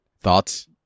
Thoughts